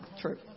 true